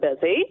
busy